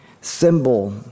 symbol